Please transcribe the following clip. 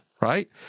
right